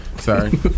Sorry